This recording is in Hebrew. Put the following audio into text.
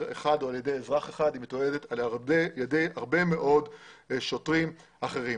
אחד או על ידי אזרח אחד אלא היא מתועדת על ידי הרבה מאוד שוטרים אחרים.